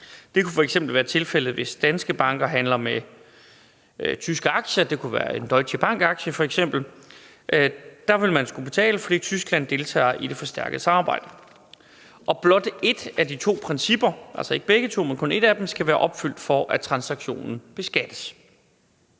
Det kunne f.eks. være tilfældet, hvis danske banker handler med tyske aktier. Det kunne f.eks. være en Deutsche Bank-aktie. Der ville man skulle betale, fordi Tyskland deltager i det forstærkede samarbejde. Og blot et af de to principper, altså ikke begge, men kun et af dem, skal være opfyldt, for at transaktionen beskattes.